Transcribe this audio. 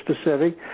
specific